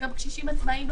גם קשישים עצמאיים,